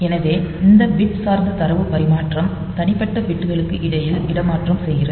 எனவே இந்த பிட் சார்ந்த தரவு பரிமாற்றம் தனிப்பட்ட பிட்களுக்கு இடையில் இடமாற்றம் செய்கிறது